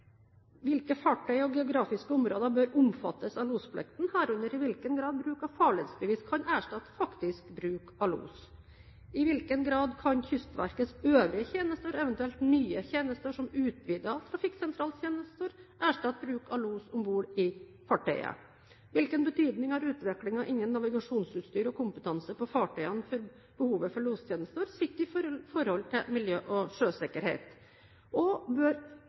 Hvilke fartøy og geografiske områder bør omfattes av losplikten, herunder i hvilken grad bruk av farledsbevis kan erstatte faktisk bruk av los? I hvilken grad kan Kystverkets øvrige tjenester, eventuelt nye tjenester som utvidet trafikksentralstjeneste, erstatte bruk av los om bord i fartøyet? Hvilken betydning har utviklingen innen navigasjonsutstyr og kompetanse på fartøyene for behovet for lostjenester sett i forhold til miljø og sjøsikkerhet? Og: Bør